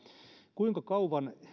kuinka kauan